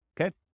Okay